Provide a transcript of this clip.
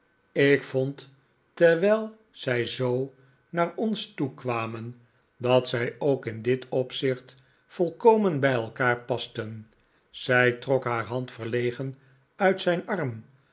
ik vond terwijl zij zoo naar ons toekwamen dat zij kennismaking met juffrouw m o w c h e r ook in dit opzicht volkomen bij elkaar pasten zij trok haar hand verlegen uit zijn arm